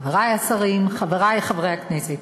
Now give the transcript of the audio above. חברי השרים, חברי חברי הכנסת,